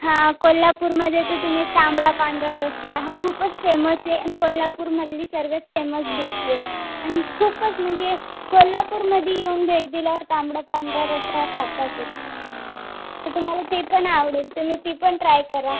हा कोल्हापूरमध्ये तर तुम्ही तांबडा पांढरा रस्सा हा खूपच फेमस आहे अन् कोल्हापूरमधली सर्वात फेमस डिश आहे आणि खूपच म्हणजे कोल्हापूरमध्ये येऊन भेट दिल्यावर तांबडा पांढरा रस्सा हा खातातच तर तुम्हाला ते पण आवडेल तुम्ही ते पण ट्राय करा